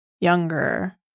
younger